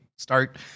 start